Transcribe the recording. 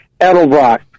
Edelbrock